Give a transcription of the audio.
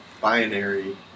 binary